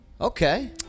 Okay